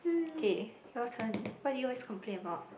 okay your turn what do you wants complaint about